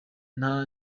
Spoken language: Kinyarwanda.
nta